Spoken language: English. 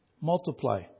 Multiply